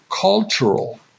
cultural